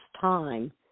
time